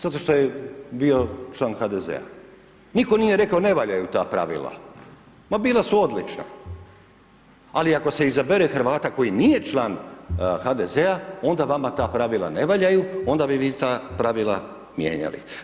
Zato što je bio član HDZ-a, nitko nije rekao ne valjaju ta pravila, ma bila su odlična, ali ako se izabere Hrvata koji nije član HDZ-a onda vama ta pravila ne valjaju, onda bi vi ta pravila mijenjali.